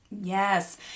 Yes